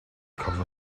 couple